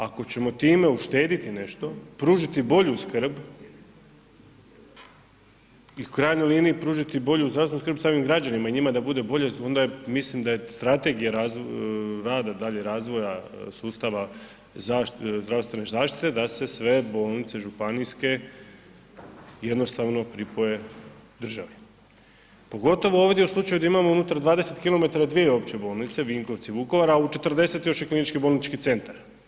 Ako ćemo time uštediti nešto, pružiti bolju skrb i u krajnjoj liniji pružiti bolju zdravstvenu skrbi samim građanima i njima da bude bolje onda mislim da je strategija rada dalje razvoja sustava zdravstvene zaštite da se sve bolnice županijska jednostavno pripoje države, pogotovo ovdje u slučaju gdje imamo unutar 20km dvije opće bolnice, Vinkovci, Vukovar, a u 40 još je i KBC.